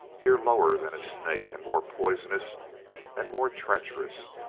you're lower than a snake, and more poisonous and more treacherous.